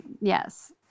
yes